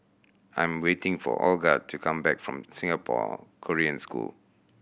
I am waiting for Olga to come back from Singapore Korean School